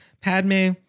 Padme